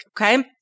Okay